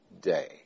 day